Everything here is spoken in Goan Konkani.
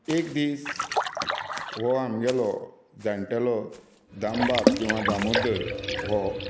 एक दीस हो आमगेलो जाण्टेलो दामबाब किंवां दामोदर हो